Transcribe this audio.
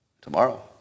tomorrow